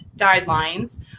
guidelines